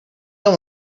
have